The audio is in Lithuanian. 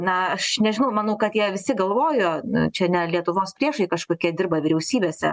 na aš nežinau manau kad jie visi galvojo na čia ne lietuvos priešai kažkokie dirba vyriausybėse